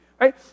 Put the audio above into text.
right